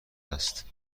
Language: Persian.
است